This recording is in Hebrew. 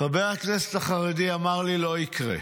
חבר הכנסת החרדי אמר לי: לא יקרה.